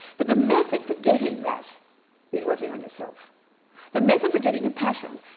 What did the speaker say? but the method for getting that is working on yourself the method for getting compassion,